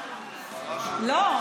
לא,